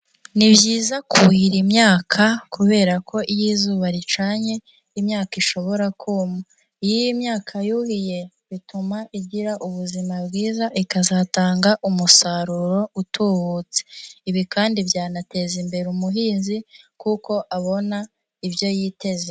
Ni byiza kuhira imyaka kubera ko iyo izuba ricanye, imyaka ishobora kuma. Iyo imyaka yuhiye, bituma igira ubuzima bwiza, ikazatanga umusaruro utubutse. Ibi kandi byanateza imbere umuhinzi kuko abona ibyo yiteze.